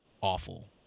awful